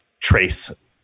trace